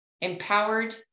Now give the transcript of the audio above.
empowered